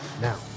now